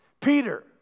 Peter